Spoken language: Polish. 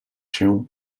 się